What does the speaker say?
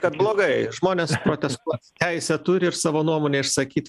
kad blogai žmonės protestuot teisę turi ir savo nuomonę išsakyt